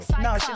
No